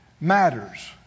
Matters